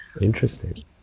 Interesting